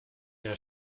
der